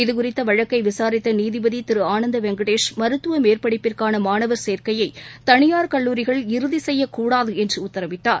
இதுகுறித்த வழக்கை விசாரித்த நீதிபதி ஆனந்த வெங்கடேஷ் மருத்துவ மேற்படிப்பிற்கான மாணவர் சேர்க்கையை தனியார் கல்லூரிகள் இறுதி செய்யக்கூடாது என்று உத்தரவிட்டார்